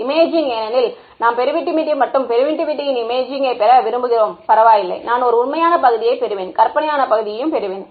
imaging ஏனெனில் நாம் permittivity மற்றும் பெர்மிட்டிவிட்டியின் இமேஜிங்கை பெற விரும்புகிறோம் பரவாயில்லை நான் ஒரு உண்மையான பகுதியைப் பெறுவேன் கற்பனையான பகுதியையும் பெறுவேன்